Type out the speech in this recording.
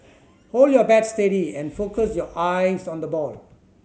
hold your bat steady and focus your eyes on the ball